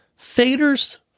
faders